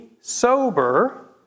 sober